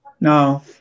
No